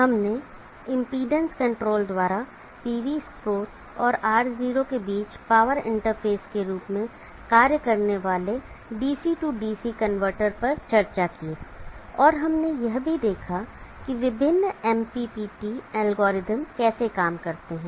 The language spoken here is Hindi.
हमने इमपीडेंस कंट्रोल द्वारा PV स्रोत और R0 के बीच पावर इंटरफेस के रूप में कार्य करने वाले DC DC कनवर्टर पर चर्चा की और हमने यह भी देखा है कि विभिन्न MPPT एल्गोरिदम कैसे काम करते हैं